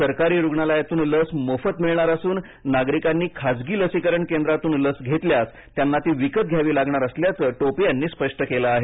सरकारी रुग्णालयातून लस मोफत मिळणार असून नागरिकांनी खाजगी लसीकरण केंद्रातून लस घेतल्यास त्यांना ती विकत घ्यावी लागणार असल्याचं टोपे यांनी स्पष्ट केलं आहे